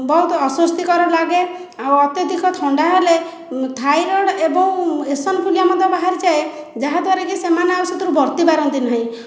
ବହୁତ ଅସ୍ୱସ୍ଥିକର ଲାଗେ ଆଉ ଅତ୍ୟଧିକ ଥଣ୍ଡା ହେଲେ ଥାଇରଏଡ଼୍ ଏବଂ ଇଶନଫୁଲିଆ ମଧ୍ୟ ବାହାରିଯାଏ ଯାହାଦ୍ୱାରା ସେମାନେ ଆଉ ସେଥିରୁ ବର୍ତ୍ତୀ ପାରନ୍ତି ନାହିଁ